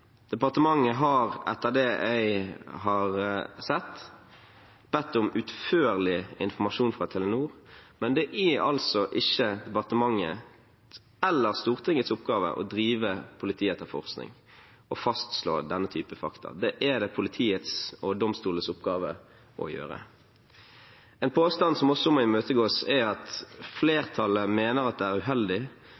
Departementet har, etter det jeg har sett, bedt om utførlig informasjon fra Telenor, men det er altså ikke departementets eller Stortingets oppgave å drive politietterforskning og fastslå denne type fakta. Det er det politiets og domstolens oppgave å gjøre. En påstand som også må imøtegås, er: «Flertallet mener det er uheldig